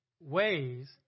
ways